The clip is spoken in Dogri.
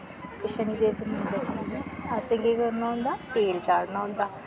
ते शनिदेव दे मन्दर असें केह् करना होंदा तेल चाढ़ना होंदा